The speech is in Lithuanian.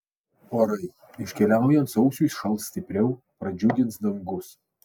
orai iškeliaujant sausiui šals stipriau pradžiugins dangus